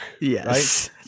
Yes